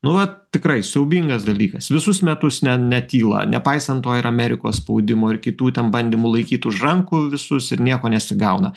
nu vat tikrai siaubingas dalykas visus metus ne netyla nepaisant to ir amerikos spaudimo ir kitų ten bandymų laikyt už rankų visus ir nieko nesigauna